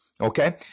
Okay